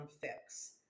fix